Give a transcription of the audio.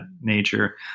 nature